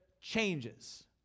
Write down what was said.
changes